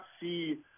see